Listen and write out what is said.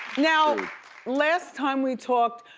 now last time we talked,